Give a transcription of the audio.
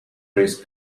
risks